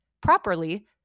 properly